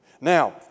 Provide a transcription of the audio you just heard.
Now